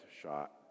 shot